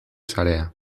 sarea